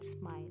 smile